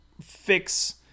fix